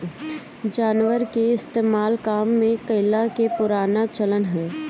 जानवर के इस्तेमाल काम में कइला के पुराना चलन हअ